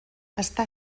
està